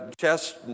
chess